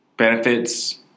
benefits